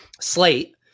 slate